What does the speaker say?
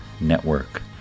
Network